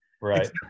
right